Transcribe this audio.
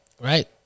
Right